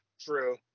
true